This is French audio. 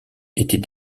était